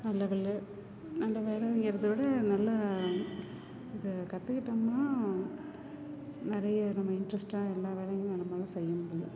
நல்ல வேலை நல்ல வேலைங்கிறத விட நல்லா இதை கத்துக்கிட்டோம்னா நெறைய நம்ம இன்ட்ரெஸ்டாக எல்லா வேலையும் நம்மளால செய்ய முடியும்